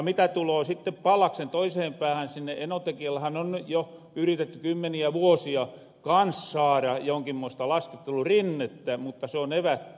mitä tuloo sitten pallaksen toiseen päähän sinne enontekiöllehän on jo yritetty kymmeniä vuosia kans saara jonkinmoista laskettelurinnettä mutta se on evätty